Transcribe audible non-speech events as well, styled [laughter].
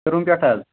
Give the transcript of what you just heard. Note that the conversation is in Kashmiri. [unintelligible] پٮ۪ٹھ حظ